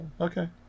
okay